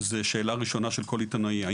זאת שאלה ראשונה של כל עיתונאי,